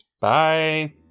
Bye